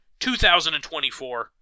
2024